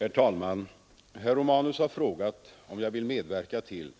Herr talman! Herr Romanus har frågat om jag vill medverka till